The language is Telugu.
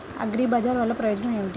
అగ్రిబజార్ వల్లన ప్రయోజనం ఏమిటీ?